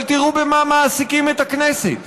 אבל תראו במה מעסיקים את הכנסת.